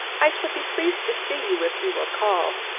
i shall be pleased to see you if you will call.